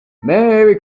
merry